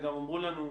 נכנסנו לזה,